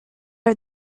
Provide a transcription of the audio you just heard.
are